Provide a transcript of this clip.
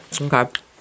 Okay